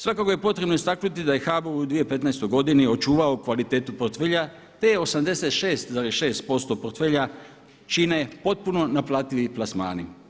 Svakako je potrebno istaknuti da je HBOR u 2015. godini očuvao kvalitetu portfelja te je 86,6% portfelja čine potpuno naplativi plasmani.